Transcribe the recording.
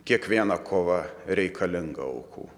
kiekviena kova reikalinga aukų